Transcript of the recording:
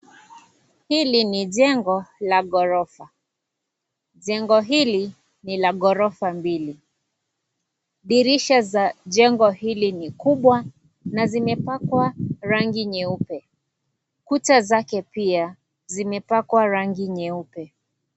Hili ni jengo, la gorofa, jengo hili, ni la gorofa mbili, dirisha za gorofa hili ni kubwa, na zimepakwa rangi nyeupe, kuta zake pia, zimepakwa rangi nyeupe.